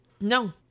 No